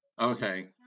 Okay